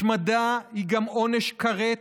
השמדה היא גם עונש כרת